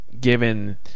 given